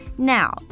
Now